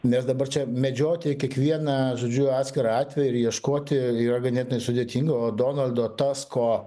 nes dabar čia medžioti kiekvieną žodžiu atskirą atvejį ir ieškoti yra ganėtinai sudėtinga o donaldo tasko